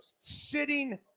sitting